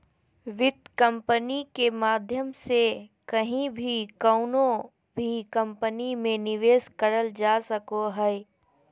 वित्त कम्पनी के माध्यम से कहीं भी कउनो भी कम्पनी मे निवेश करल जा सको हय